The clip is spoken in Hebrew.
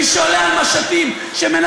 מי שעולה על משטים שמנסים,